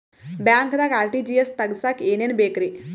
ಬ್ಯಾಂಕ್ದಾಗ ಆರ್.ಟಿ.ಜಿ.ಎಸ್ ತಗ್ಸಾಕ್ ಏನೇನ್ ಬೇಕ್ರಿ?